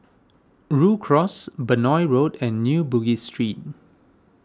Rhu Cross Benoi Road and New Bugis Street